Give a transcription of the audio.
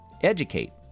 educate